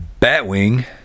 Batwing